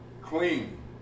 clean